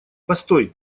постой